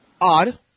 Odd